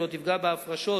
לא תפגע בהפרשות